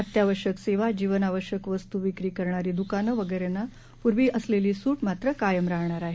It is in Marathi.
अत्यावश्यक सेवा जीवनावश्यक वस्तू विक्री करणारी द्कानं वगैरेंना पूर्वी असलेली सू मात्र कायम राहणार आहे